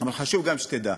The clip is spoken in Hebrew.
אבל חשוב גם שתדע: